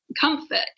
comfort